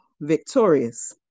victorious